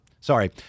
sorry